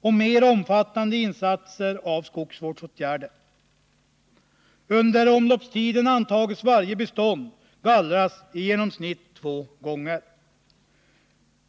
och mer omfattande insatser i fråga om skogsvårdsåtgärder. Under omloppstiden antas varje bestånd bli gallrat i genomsnitt två gånger.